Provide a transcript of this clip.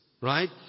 Right